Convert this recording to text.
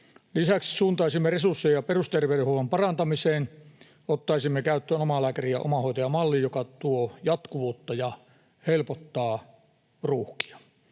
Lisäksi suuntaisimme resursseja perusterveydenhuollon parantamiseen, ottaisimme käyttöön omalääkäri- ja omahoitajamallin, joka tuo jatkuvuutta ja helpottaa ruuhkia,